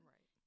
Right